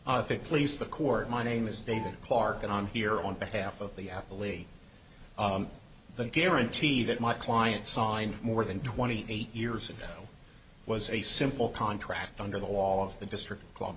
no please the court my name is david clarke and on here on behalf of the apple league the guarantee that my client signed more than twenty eight years ago was a simple contract under the law of the district